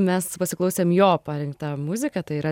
mes pasiklausėm jo parinktą muziką tai yra